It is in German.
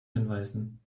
hinweisen